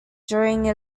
during